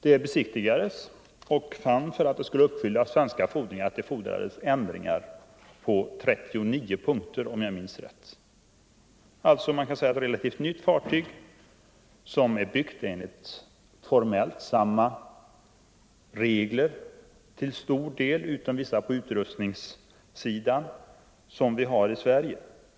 Det besiktigades och man fann att det — för att fartyget skulle uppfylla svenska fordringar — behövde göras ändringar på 39 punkter, om jag minns rätt. Det rör sig alltså om ett relativt nytt fartyg, som är byggt enligt till stor del samma formella regler - utom vissa regler på utrustningssidan — som vi har i Sverige.